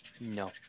No